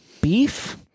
beef